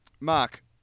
Mark